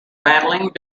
battling